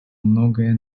многое